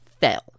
fell